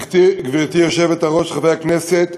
גברתי היושבת-ראש, חברי הכנסת,